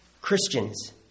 Christians